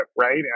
right